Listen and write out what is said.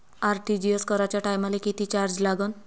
RTGS कराच्या टायमाले किती चार्ज लागन?